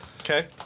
Okay